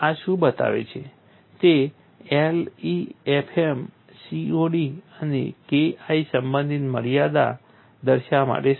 તે LEFM COD અને KI સંબંધિત મર્યાદા દર્શાવવા માટે સક્ષમ છે